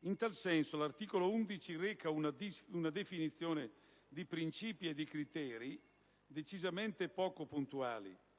In tal senso, l'articolo 11 reca una definizione di principi e di criteri decisamente poco puntuale,